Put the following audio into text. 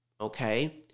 okay